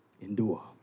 Endure